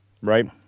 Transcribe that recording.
right